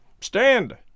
Stand